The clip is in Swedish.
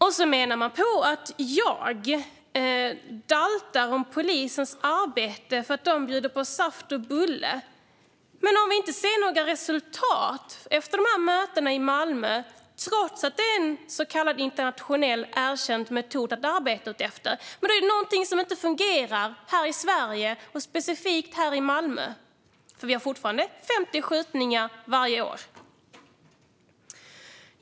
Sedan menar man att jag säger att polisen daltar i sitt arbete för att de bjuder på saft och bulle. Men om vi inte ser några resultat efter dessa möten i Malmö, trots att det är en så kallad internationellt erkänd metod att arbeta efter, är det någonting som inte fungerar här i Sverige och specifikt i Malmö, för vi har fortfarande 50 skjutningar varje år.